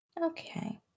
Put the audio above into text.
Okay